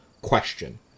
question